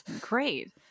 great